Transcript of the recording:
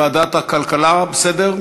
ועדת הכלכלה בסדר?